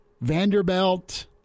Vanderbilt